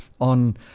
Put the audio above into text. on